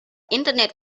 internet